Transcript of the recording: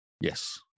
Yes